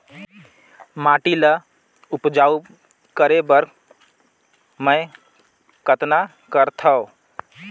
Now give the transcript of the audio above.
माटी ल उपजाऊ करे बर मै कतना करथव?